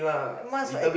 must at